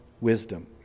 wisdom